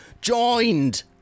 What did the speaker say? joined